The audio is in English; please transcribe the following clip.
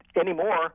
anymore